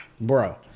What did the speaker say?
Bro